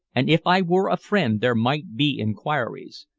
and if i were a friend there might be inquiries.